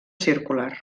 circular